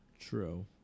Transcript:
true